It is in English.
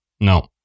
No